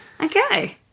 Okay